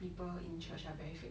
people in church are very fake